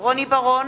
רוני בר-און,